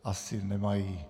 Asi nemají.